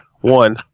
one